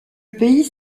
pays